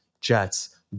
Jets